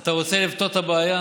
אתה רוצה לפתור את הבעיה?